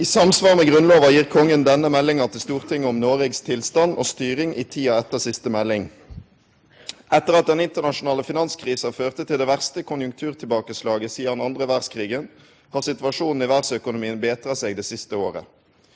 I samsvar med Grunnlova gir Kongen denne meldinga til Stortinget om Noregs tilstand og styring i tida etter siste melding. Etter at den internasjonale finanskrisa førte til det verste konjunkturtilbakeslaget sidan andre verdskrigen, har situasjonen i verdsøkonomien betra seg det siste året.